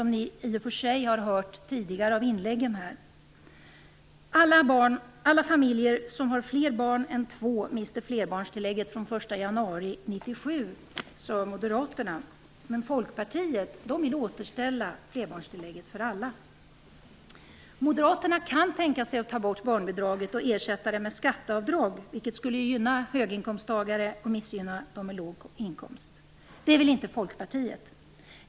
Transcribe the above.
Ni har i och för sig hört det i tidigare inlägg. Alla familjer som har fler barn än två mister flerbarnstillägget från den 1 januari 1997, sade Moderaterna. Men Folkpartiet vill återställa flerbarnstillägget för alla. Moderaterna kan tänka sig att ta bort barnbidraget och ersätta det med skatteavdrag, vilket skulle gynna höginkomsttagare och missgynna dem med låg inkomst. Det vill inte Folkpartiet.